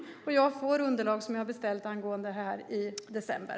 I december får jag underlag som jag har beställt angående det här.